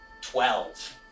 Twelve